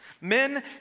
Men